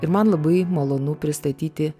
ir man labai malonu pristatyti